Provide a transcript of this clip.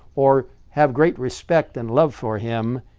or have great respect and love for him,